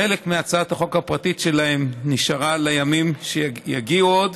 חלק מהצעת החוק הפרטית שלהן נשארה לימים שיגיעו עוד,